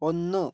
ഒന്നു